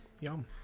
Yum